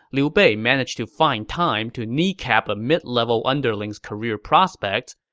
liu bei managed to find time to kneecap a mid-level underling's career prospects,